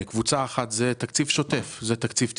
קבוצה אחת זה תקציב שוטף, זה תקציב תפעולי.